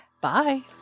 Bye